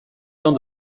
temps